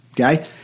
Okay